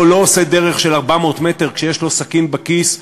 לא עושה דרך של 400 מטר כשיש לו סכין בכיס,